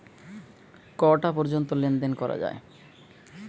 কটা পর্যন্ত লেন দেন করা য়ায়?